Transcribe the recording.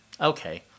Okay